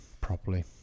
properly